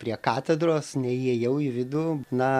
prie katedros neįėjau į vidų na